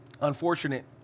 Unfortunate